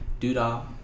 doodah